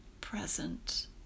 present